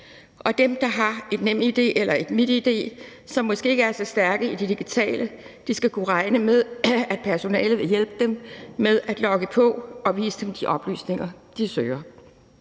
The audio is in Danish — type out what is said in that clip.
Og dem, der har et NemID eller et MitID, som måske ikke er så stærke i det digitale, skal kunne regne med, at personalet vil hjælpe dem med at logge på og vise dem de oplysninger, de søger.